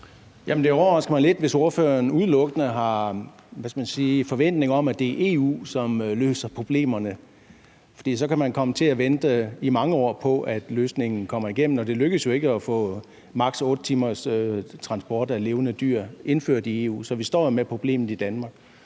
det overrasker mig lidt, hvis ordføreren udelukkende har, hvad skal man sige, en forventning om, at det er EU, som løser problemerne, for så kan man komme til at vente i mange år på, at løsningen kommer igennem. Og det lykkedes jo ikke at få maks. 8 timers transport af levende dyr indført i EU, så vi står med problemet i Danmark;